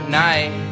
night